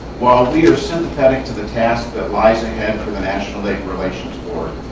while we are sympathetic to the task that lies ahead for the national labor relations board,